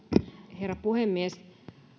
herra puhemies